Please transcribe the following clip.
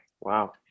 Wow